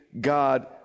God